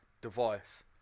device